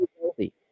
healthy